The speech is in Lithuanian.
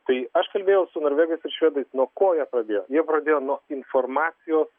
tai aš kalbėjau su norvegais ir švedais nuo ko jie pradėjo jie pradėjo nuo informacijos